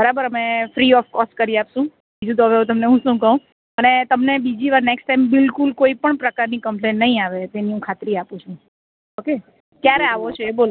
બરાબર અમે free of cost કરી આપશું બીજું તો હવે હું તમને શું કહું અને તમને બીજીવાર નેક્સ્ટ ટાઈમ બિલકુલ કોઈપણ પ્રકારની કૅમ્પલેન નહીં આવે તેની હું ખાતરી આપું છું ઓકે ક્યારે આવો છો એ બોલો